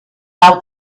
out